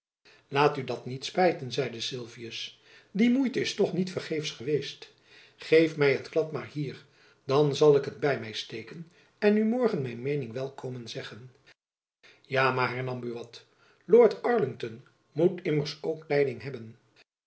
laat u dat niet spijten zeide sylvius die moeite is toch niet vergeefsch geweest geef my het klad maar hier dan zal ik het by my steken en u morgen mijn meening wel komen zeggen ja maar hernam buat lord arlington moet immers ook tijding hebben